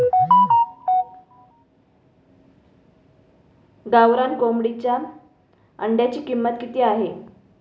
गावरान कोंबडीच्या अंड्याची किंमत किती आहे?